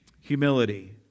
humility